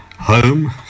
home